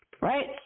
right